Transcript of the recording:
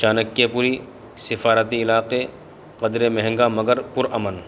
چانکیہ پوری سفارتی علاقے قدر مہنگا مگر پر امن